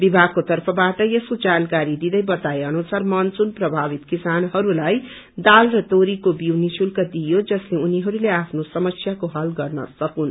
विभागको तर्फबाट यसको जानकारी दिदै बताए अनुसार मानसून प्रभावित किसानहरूलाई दाल र तोरीको बीउ निशुल्क दिइयो जसले उनिहरूले आफ्नो समस्याको हल गर्न सकन्